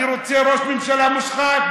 אני רוצה ראש ממשלה מושחת,